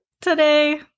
today